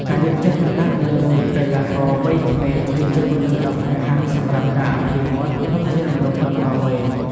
ការយកចិត្តទុកដាក់លើកីឡាករវ័យក្មេងគឺជាគន្លឹះដ៏សំខាន់សម្រាប់ការអភិវឌ្ឍធនធានមនុស្សបន្តវេន។